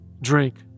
drink